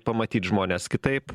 pamatyt žmones kitaip